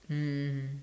mm